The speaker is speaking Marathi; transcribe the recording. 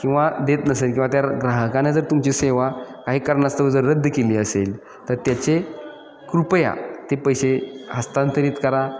किंवा देत नसेल किंवा त्या ग्राहकाने जर तुमची सेवा काही कारणास्तव जर रद्द केली असेल तर त्याचे कृपया ते पैसे हस्तांतरित करा